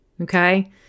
okay